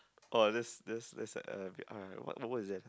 oh that's that's that's uh a bit uh what word is that